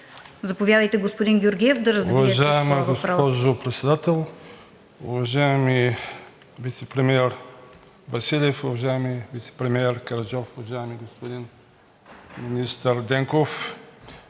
Заповядайте, господин Георгиев, да развиете своя въпрос.